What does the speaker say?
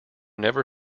never